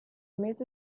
mese